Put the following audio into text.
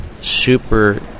super